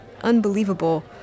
unbelievable